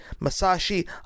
Masashi